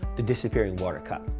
the disappearing water cup.